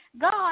God